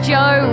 Joe